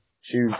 shoot